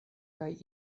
kaj